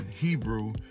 Hebrew